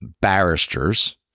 barristers